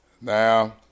Now